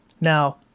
Now